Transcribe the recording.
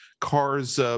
cars